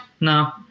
no